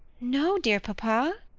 no, dear papa.